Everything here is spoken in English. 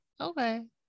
Okay